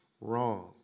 wrong